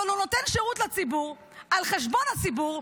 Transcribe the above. אבל הוא נותן שירות לציבור על חשבון הציבור,